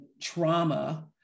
trauma